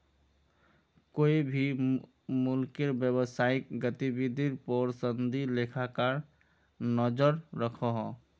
कोए भी मुल्केर व्यवसायिक गतिविधिर पोर संदी लेखाकार नज़र रखोह